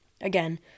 again